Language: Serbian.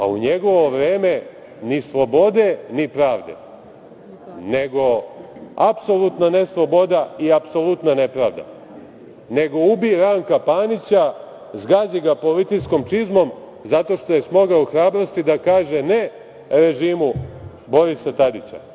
U njegove vreme ni slobode, ni pravde, nego apsolutna nesloboda i apsolutna nepravda, nego ubi Ranka Panića, zgazi ga policijskom čizmom zato što je smogao hrabrosti da kaže ne režimu Borisa Tadića.